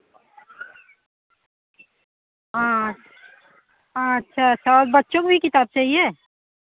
हाँ अच्छा अच्छा और बच्चों की भी किताब चहिए